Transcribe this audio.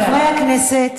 חברי הכנסת,